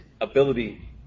ability